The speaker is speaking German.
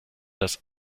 das